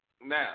Now